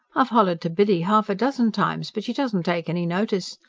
i've hollered to biddy half a dozen times, but she doesn't take any notice.